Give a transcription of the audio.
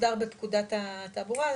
בפקודת התעבורה,